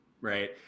right